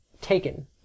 taken